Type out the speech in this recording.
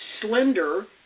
slender